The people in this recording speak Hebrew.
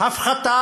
הפחתה